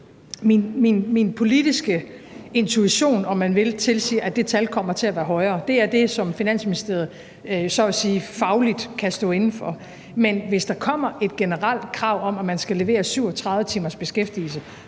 min politiske intuition, om man vil, tilsiger, at det tal kommer til at være højere. Det er det, som Finansministeriet så at sige fagligt kan stå inde for. Men hvis der kommer et generelt krav om, at man skal levere 37 timers beskæftigelse